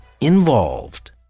involved